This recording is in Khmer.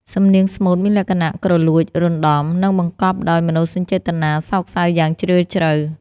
សំនៀងស្មូតមានលក្ខណៈគ្រលួច រណ្ដំ និងបង្កប់ដោយមនោសញ្ចេតនាសោកសៅយ៉ាងជ្រាលជ្រៅ។